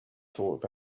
thought